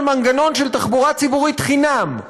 על מנגנון של תחבורה ציבורית חינם,